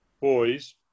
boys